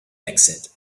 exit